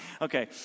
Okay